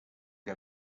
que